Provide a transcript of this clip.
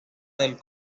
del